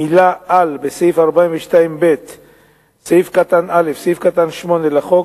המלה "על" בסעיף 42ב(א)(8) לחוק,